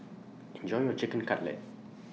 Enjoy your Chicken Cutlet